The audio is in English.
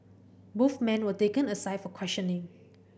both men were taken aside for questioning